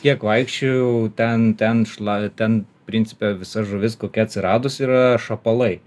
kiek vaikščiojau ten ten šla ten principe visa žuvis kokia atsiradus yra šapalai